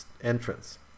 entrance